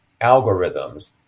algorithms